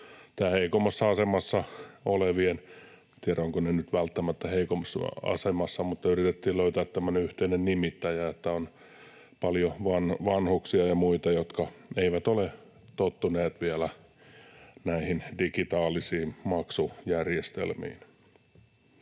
Tämä heikommassa asemassa olevien: tiedä, ovatko ne nyt välttämättä heikommassa asemassa, mutta yritettiin löytää tämmöinen yhteinen nimittäjä, että on paljon vanhuksia ja muita, jotka eivät ole tottuneet vielä näihin digitaalisiin maksujärjestelmiin.